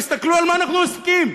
תסתכלו על מה אנחנו עוסקים.